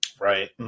Right